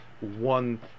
one